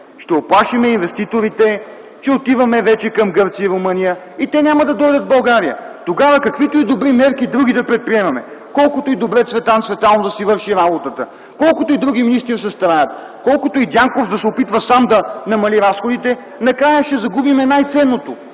ще уплашим инвеститорите, че отиваме към Гърция и Румъния. Те няма да дойдат в България. Тогава каквито и добри други мерки да предприемем, колкото и добре Цветан Цветанов да си върши работата, колкото и другите министри да се стараят, колкото и Дянков да се опитва сам да намали разходите, накрая ще загубим най-ценното